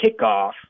kickoff